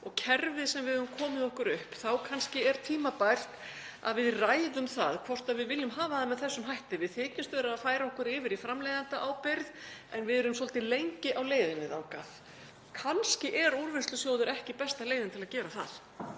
og kerfið sem við höfum komið okkur upp þá er kannski tímabært að við ræðum hvort við viljum hafa það með þessum hætti. Við þykjumst vera að færa okkur yfir í framleiðendaábyrgð en við erum svolítið lengi á leiðinni þangað. Kannski er Úrvinnslusjóður ekki besta leiðin til að gera það